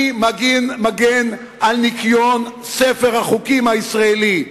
אני מגן על ניקיון ספר החוקים הישראלי.